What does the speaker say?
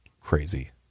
crazy